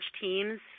teams